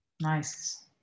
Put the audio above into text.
nice